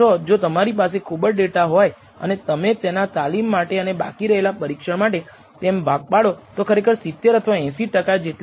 β1 નું સાચું અજ્ઞાત મૂલ્ય એ છે કે σ દ્વારા આપવામાં આવેલું સરેરાશ અને વેરિએન્સ છે જો તમે σ2 ને અવેજી કરો છો તો છેવટે તમે બતાવી શકો છો કે આ કંઈ નથી પરંતુ σ ઓહ માફ કરશો